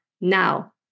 now